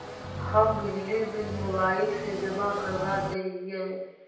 हम बिजली bill mobile से जमा करवा देहियै?